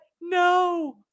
no